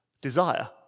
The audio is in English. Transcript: desire